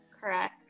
Correct